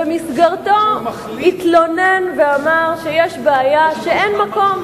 שבמסגרתו התלונן ואמר שיש בעיה שאין מקום,